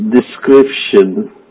description